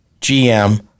GM